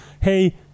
hey